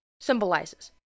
symbolizes